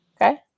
Okay